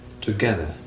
together